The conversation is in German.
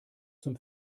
zum